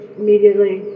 immediately